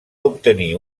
obtenir